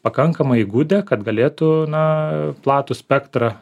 pakankamai įgudę kad galėtų na platų spektrą